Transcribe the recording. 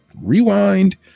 rewind